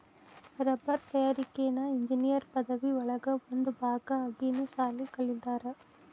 ರಬ್ಬರ ತಯಾರಿಕೆನ ಇಂಜಿನಿಯರ್ ಪದವಿ ಒಳಗ ಒಂದ ಭಾಗಾ ಆಗಿನು ಸಾಲಿ ಕಲಿತಾರ